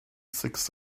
six